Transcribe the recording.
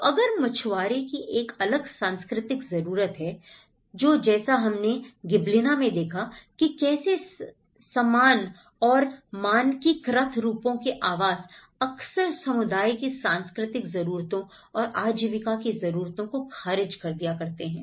तो अगर मछुआरे की एक अलग सांस्कृतिक ज़रूरत है जो जैसा हमने गिबलिना मैं देखा कि कैसे समान और मानकीकृत रूपों के आवास अक्सर समुदाय की सांस्कृतिक जरूरतों और आजीविका की जरूरतों को खारिज कर दिया करते हैं